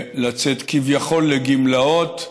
לצאת כביכול לגמלאות,